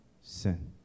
sin